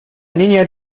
niña